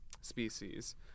species